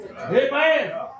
Amen